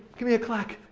give me a clack!